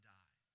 die